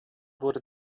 wurde